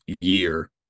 year